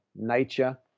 nature